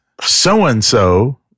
so-and-so